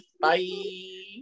Bye